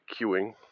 queuing